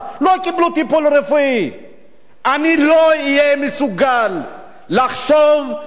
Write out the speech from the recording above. אני לא אהיה מסוגל לחשוב את אותן מחשבות רעות של אותם